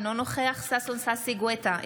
אינו נוכח ששון ששי גואטה,